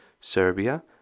serbia